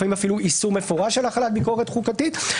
לפעמים אפילו איסור מפורש על החלת ביקורת חוקתית,